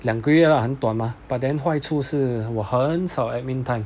两个月 lah 很短 mah but then 坏处是我很少 admin time